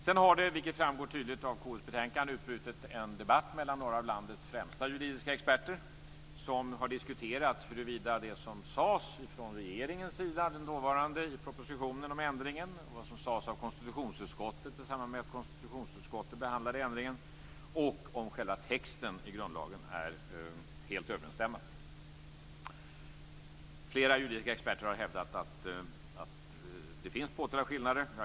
Sedan har det, vilket framgår tydligt av KU:s betänkande, utbrutit en debatt mellan några av landets främsta juridiska experter. De har diskuterat huruvida det som sades från den dåvarande regeringens sida i propositionen om ändringen och det som sades av konstitutionsutskottet i samband med att man behandlade ändringen helt stämmer överens med texten i grundlagen. Flera juridiska experter har hävdat att det finns påtagliga skillnader.